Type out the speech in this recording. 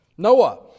Noah